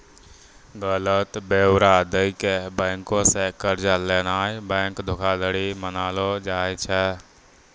गलत ब्योरा दै के बैंको से कर्जा लेनाय बैंक धोखाधड़ी मानलो जाय छै